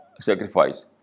sacrifice